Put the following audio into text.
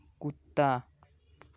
کتا